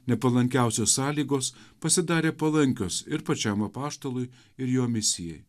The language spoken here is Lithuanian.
nepalankiausios sąlygos pasidarė palankios ir pačiam apaštalui ir jo misijai